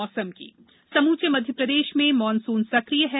मौसम समूचे मध्यप्रदेश में मॉनसून सकिय है